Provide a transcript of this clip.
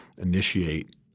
initiate